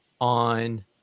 on